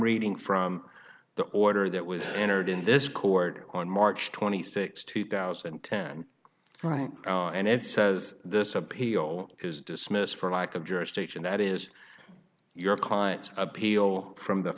reading from the order that was entered in this court on march twenty sixth two thousand and ten right oh and it says this appeal has dismissed for lack of jurisdiction that is your client's appeal from the